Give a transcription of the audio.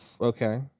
Okay